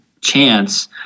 chance